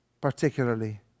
particularly